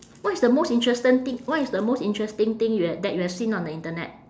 what is the most interesting thing what is the most interesting thing you ha~ that you have seen on the internet